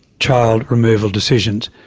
child removal decisions.